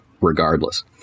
regardless